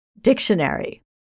dictionary